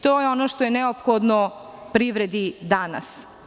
To je ono što je neophodno privredi danas.